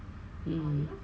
mm